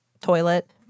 toilet